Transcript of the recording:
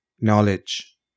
knowledge